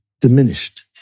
diminished